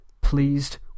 pleased